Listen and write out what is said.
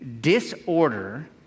disorder